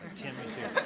tim is here.